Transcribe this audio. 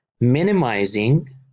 minimizing